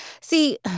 see